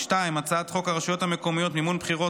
2. הצעת חוק הרשויות המקומיות (מימון בחירות)